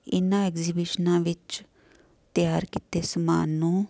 ਇਨ੍ਹਾਂ ਐਗਜੀਬੀਸ਼ਨਾਂ ਵਿੱਚ ਤਿਆਰ ਕੀਤੇ ਸਮਾਨ ਨੂੰ